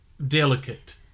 delicate